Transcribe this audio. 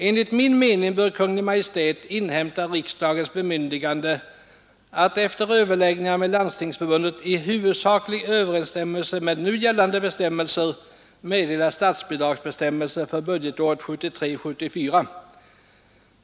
Enligt min mening bör Kungl. Maj:t inhämta riksdagens bemyndigande att efter överläggningar med landstingsförbundet i huvudsaklig överensstämmelse med nu gällande bestämmelser meddela statsbidragsbestämmelser för budgetåret 1973/74.